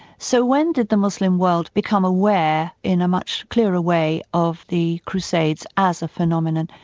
so when did the muslim world become aware in a much clearer way of the crusades as a phenomenon?